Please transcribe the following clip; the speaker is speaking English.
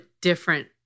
different